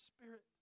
spirit